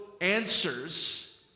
answers